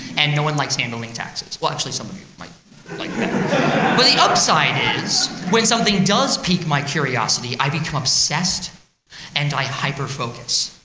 and no one likes handling taxes but actually, some of you might like that. but the upside is, when something does peak my curiosity, i become obsessed and i hyperfocus.